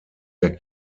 der